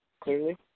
clearly